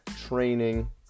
training